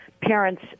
Parents